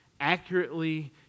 accurately